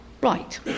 right